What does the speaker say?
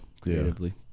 creatively